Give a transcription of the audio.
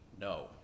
no